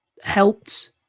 helped